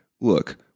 Look